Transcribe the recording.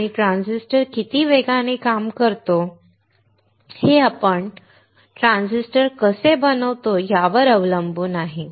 आणि ट्रांझिस्टर किती वेगाने काम करतो हे आपण ट्रान्झिस्टर कसे बनवतो यावर अवलंबून आहे